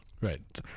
right